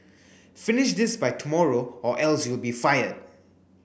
finish this by tomorrow or else you'll be fired